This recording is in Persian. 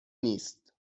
نیست